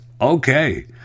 Okay